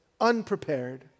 unprepared